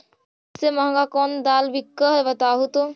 सबसे महंगा कोन दाल बिक है बताहु तो?